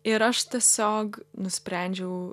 ir aš tiesiog nusprendžiau